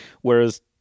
whereas